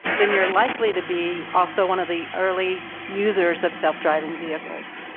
then you are likely to be also one of the early users of self-driving vehicles.